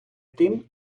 тим